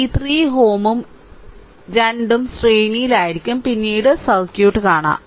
ഈ 3 Ω ഉം ഈ 3 Ω ഉം രണ്ടും ശ്രേണിയിലായിരിക്കും പിന്നീട് സർക്യൂട്ട് കാണാം